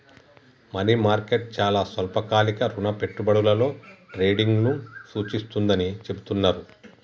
money market చాలా స్వల్పకాలిక రుణ పెట్టుబడులలో ట్రేడింగ్ను సూచిస్తుందని చెబుతున్నరు